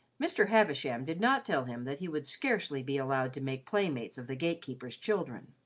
mr. havisham did not tell him that he would scarcely be allowed to make playmates of the gate-keeper's children.